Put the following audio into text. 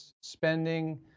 spending